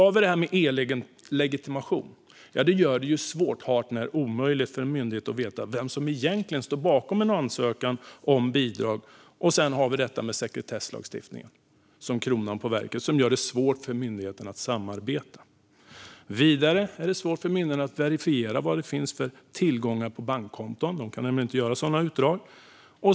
E-legitimation gör det svårt, ja, hart när omöjligt, för en myndighet att veta vem som egentligen står bakom en ansökan om bidrag. Som kronan på verket har vi sedan det här med sekretesslagstiftningen som gör det svårt för myndigheterna att samarbeta. Vidare är det svårt för myndigheterna att verifiera vad det finns för tillgångar på bankkonton; de kan nämligen inte få sådana utdrag.